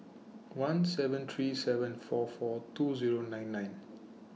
one seven three seven four four two Zero nine nine